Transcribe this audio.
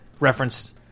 reference